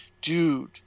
dude